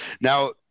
Now